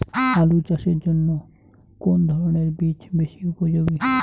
আলু চাষের জন্য কোন ধরণের বীজ বেশি উপযোগী?